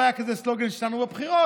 לא היה כזה סלוגן שלנו בבחירות,